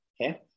okay